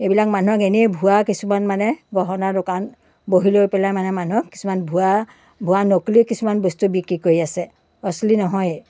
এইবিলাক মানুহক এনেই ভুৱা কিছুমান মানে গহণাৰ দোকান বহি লৈ পেলাই মানে মানুহক কিছুমান ভুৱা ভুৱা নকলি কিছুমান বস্তু বিক্ৰী কৰি আছে অচলি নহয়েই